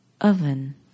oven